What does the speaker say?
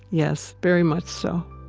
yes, very much so.